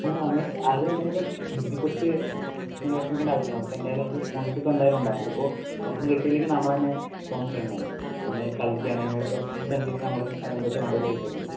നമുക്ക് അത് എന്തായാലും ഇതിനെ കുറിച്ച് വിഷമിക്കേണ്ട ആവശ്യമില്ല നമുക്ക് എന്തായാലും സ്പോൺസർഷിപ്പ് എന്തായാലും ഉണ്ടാകും അതിപ്പോൾ കിട്ടില്ലെങ്കിൽ നമ്മൾ തന്നെ സ്പോൺസർ ചെയ്യുന്നതായിരിക്കും നന്നായി കളിക്കുവാണെങ്കിൽ നിങ്ങളുടെ പെർഫോമൻസ് അനുസരിച്ച് അതിന് എന്തൊക്കെ വേണ്ടെന്ന് വെച്ചാൽ അത് ചെയ്ത് തരുന്നതായിരിക്കും